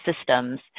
systems